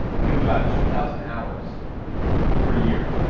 you have about two thousand hours per year.